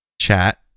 chat